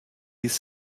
ist